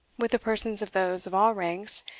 with the persons of those of all ranks,